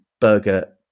burger